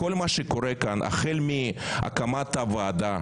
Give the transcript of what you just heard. כל מה שקורה כאן החל מהקמת הוועדה